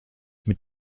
mit